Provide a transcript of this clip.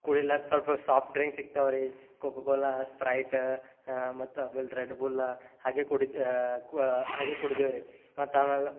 ಕುಡಿಲಕ್ಕ ಸ್ವಲ್ಪ soft drinks ಸಿಗ್ತವೆ ರಿ ಕೋಕೋ ಕೋಲಾ ಸ್ಪ್ರೈಟ ಮತ್ತು ಆಮೇಲೆ ರೆಡ್ ಬುಲ್ಲ ಹಾಗೆ ಕುಡಿತಿ ಕ್ವ ಹಾಗೆ ಕುಡ್ದೆವು ರಿ ಮತ್ತು ಆಮೇಲೆ